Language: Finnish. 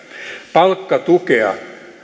palkkatukea